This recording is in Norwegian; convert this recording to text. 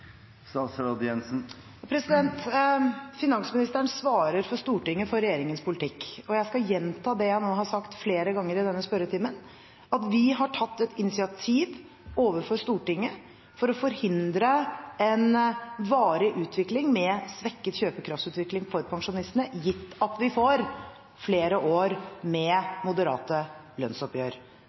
Finansministeren svarer for Stortinget for regjeringens politikk, og jeg skal gjenta det jeg nå har sagt flere ganger i denne spørretimen: Vi har tatt et initiativ overfor Stortinget for å forhindre en varig utvikling med svekket kjøpekraftsutvikling for pensjonistene, gitt at vi får flere år med moderate lønnsoppgjør.